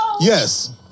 yes